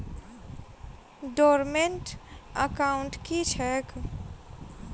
Dormant account की छैक?